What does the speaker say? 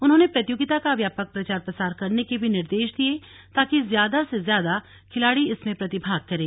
उन्होंने प्रतियोगिता का व्यापक प्रचार प्रसार करने के भी निर्देश दिये ताकि ज्यादा से ज्यादा खिलाड़ी इसमें प्रतिभाग करें